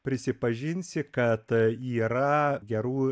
prisipažinsi kad yra gerų